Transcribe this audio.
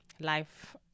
life